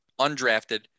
undrafted